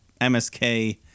MSK